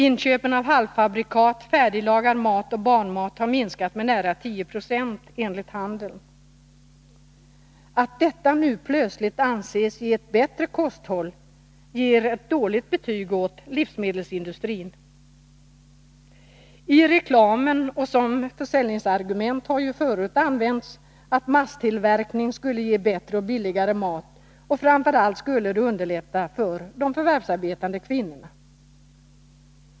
Inköpen av halvfabrikat, färdiglagad mat och barnmat har minskat med nära 10 90 enligt handeln. Att detta nu plötsligt anses ge ett bättre kosthåll är ett dåligt betyg åt livsmedelsindustrin. Som försäljningsargument har förut i reklamen använts att masstillverkning skulle ge bättre och billigare mat och framför allt att den skulle underlätta för de förvärvsarbetande kvinnorna.